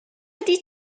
ydy